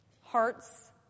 Hearts